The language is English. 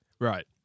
Right